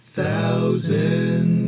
Thousand